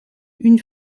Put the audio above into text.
une